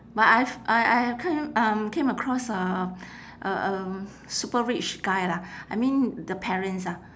but I've I I I come um came across a a um super rich guy lah I mean the parents ah